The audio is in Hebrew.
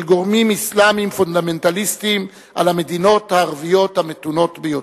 גורמים אסלאמיים פונדמנטליסטיים על המדינות הערביות המתונות ביותר.